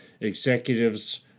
executives